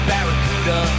Barracuda